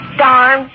darn